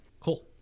Cool